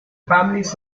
families